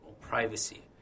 privacy